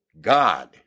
God